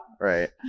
Right